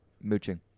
mooching